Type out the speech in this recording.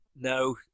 no